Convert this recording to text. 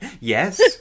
Yes